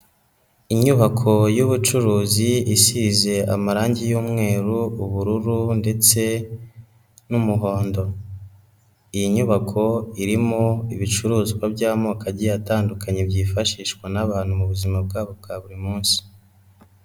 Inyubako y'ubucuruzi isize amarangi y'umweru, ubururu ndetse n'umuhondo. Iyi nyubako irimo ibicuruzwa by'amoko agiye atandukanye byifashishwa n'abantu mu buzima bwabo bwa buri munsi.